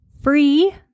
free